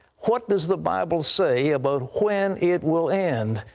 what does the bible say about when it will end,